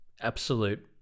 absolute